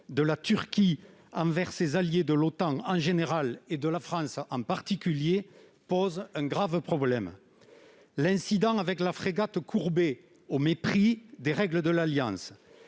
de la Turquie envers ses alliés de l'OTAN en général et de la France en particulier pose un grave problème. L'incident avec la frégate, au mépris des règles de l'Alliance,